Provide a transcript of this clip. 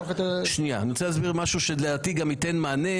משהו שלדעתי גם ייתן מענה,